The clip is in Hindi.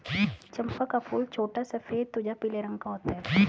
चंपा का फूल छोटा सफेद तुझा पीले रंग का होता है